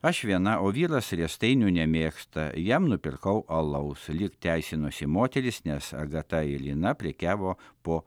aš viena o vyras riestainių nemėgsta jam nupirkau alaus lyg teisinosi moteris nes agata ir ina prekiavo po